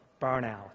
burnout